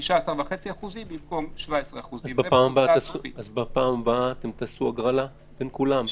16.5% במקום 17%. בפעם הבאה תעשו הגרלה בין כולם,